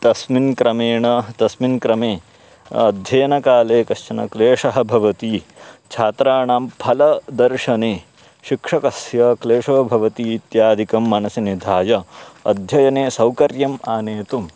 तस्मिन् क्रमेण तस्मिन् क्रमे अध्ययनकाले कश्चन क्लेशः भवति छात्राणां फलदर्शने शिक्षकस्य क्लेशो भवति इत्यादिकं मनसि निधाय अध्ययने सौकर्यम् आनेतुम्